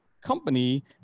company